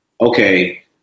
okay